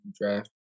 draft